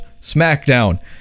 SmackDown